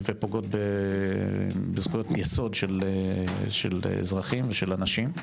ופוגעות בזכויות יסוד של אזרחים ושל אנשים.